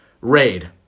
Raid